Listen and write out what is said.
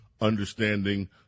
understanding